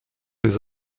des